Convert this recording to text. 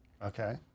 Okay